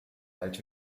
alt